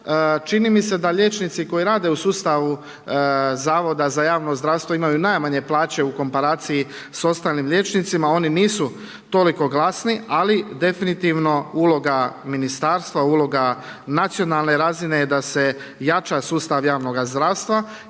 Čini mi se da liječnici koji rade u sustavu Zavoda za javno zdravstvo imaju najmanje plaće u komparaciji s ostalim liječnicima. Oni nisu toliko glasni, ali definitivno uloga ministarstva, uloga nacionalne razine je da se jača sustav javnoga zdravstva,